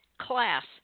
class